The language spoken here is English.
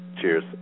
Cheers